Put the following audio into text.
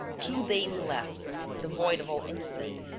two days elapsed, devoid of all incident,